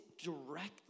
directly